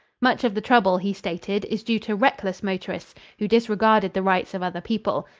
much of the trouble, he stated, is due to reckless motorists who disregard the rights of other people.